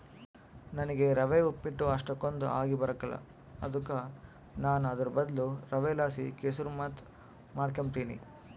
ನನಿಗೆ ರವೆ ಉಪ್ಪಿಟ್ಟು ಅಷ್ಟಕೊಂದ್ ಆಗಿಬರಕಲ್ಲ ಅದುಕ ನಾನು ಅದುರ್ ಬದ್ಲು ರವೆಲಾಸಿ ಕೆಸುರ್ಮಾತ್ ಮಾಡಿಕೆಂಬ್ತೀನಿ